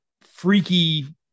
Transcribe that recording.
freaky